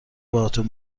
باهاتون